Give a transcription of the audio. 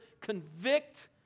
convict